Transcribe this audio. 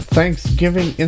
Thanksgiving